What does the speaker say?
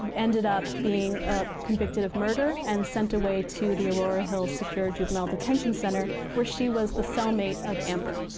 ended up being ah convicted of murder and sent away to the aurora hills secure juvenile detention center, where she was the cell mate of amber.